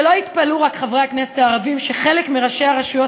שלא יתפלאו רק חברי הכנסת הערבים שחלק מראשי הרשויות